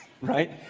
right